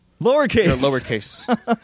lowercase